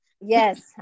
Yes